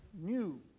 new